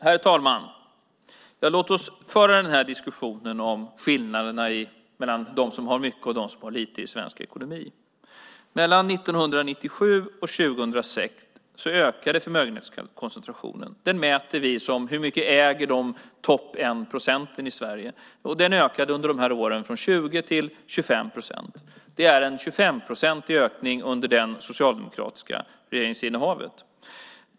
Herr talman! Låt oss föra diskussionen om skillnaderna mellan dem som har mycket och dem som har lite i svensk ekonomi. Mellan 1997 och 2006 ökade förmögenhetskoncentrationen. Den mäter vi i termer av hur mycket topp 1 procent i Sverige äger. Den ökade under de här åren från 20 till 25 procent. Det är en 25-procentig ökning under det socialdemokratiska regeringsinnehavet.